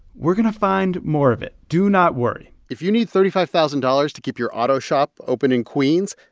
we're going to find more of it. do not worry if you need thirty five thousand dollars to keep your auto shop open in queens,